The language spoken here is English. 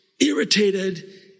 irritated